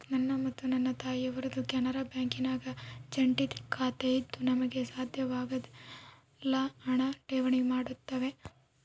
ನನ್ನ ಮತ್ತು ನನ್ನ ತಾಯಿಯವರದ್ದು ಕೆನರಾ ಬ್ಯಾಂಕಿನಾಗ ಜಂಟಿ ಖಾತೆಯಿದ್ದು ನಮಗೆ ಸಾಧ್ಯವಾದಾಗೆಲ್ಲ ಹಣ ಠೇವಣಿ ಮಾಡುತ್ತೇವೆ